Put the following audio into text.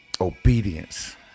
Obedience